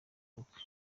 ubukwe